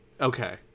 Okay